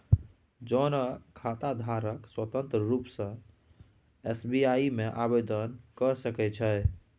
जौंआँ खाताधारक स्वतंत्र रुप सँ एस.बी.आइ मे आवेदन क सकै छै